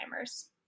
Alzheimer's